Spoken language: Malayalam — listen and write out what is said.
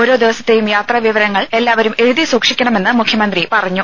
ഓരോ ദിവസത്തെയും യാത്രാ വിവരങ്ങൾ എല്ലാവരും എഴുതി സൂക്ഷിക്കണമെന്ന് മുഖ്യമന്ത്രി പറഞ്ഞു